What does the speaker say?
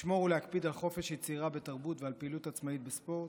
לשמור ולהקפיד על חופש יצירה בתרבות ועל פעילות עצמאית בספורט,